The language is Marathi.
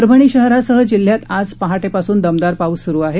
परभणी शहरासह जिल्ह्यात आज पहाटेपासून दमदार पाऊस स्रु आहे